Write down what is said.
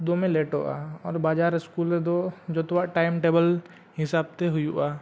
ᱫᱚᱢᱮ ᱚᱜᱼᱟ ᱟᱨ ᱵᱟᱡᱟᱨ ᱨᱮᱫᱚ ᱡᱚᱛᱚᱣᱟᱜ ᱦᱤᱥᱟᱹᱵᱽᱛᱮ ᱦᱩᱭᱩᱜᱼᱟ